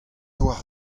war